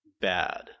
bad